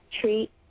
treat